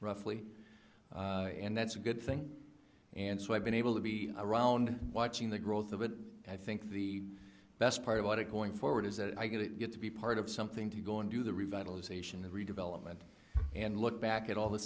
roughly and that's a good thing and so i've been able to be around watching the growth of it and i think the best part about it going forward is that i get it to be part of something to go and do the revitalization of redevelopment and look back at all the